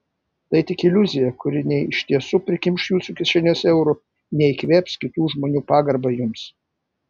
tai tik iliuzija kuri nei iš tiesų prikimš jūsų kišenes eurų nei įkvėps kitų žmonių pagarbą jums